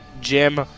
Jim